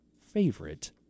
favorite